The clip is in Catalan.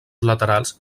laterals